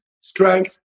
strength